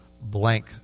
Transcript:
blank